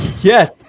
Yes